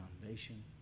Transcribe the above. foundation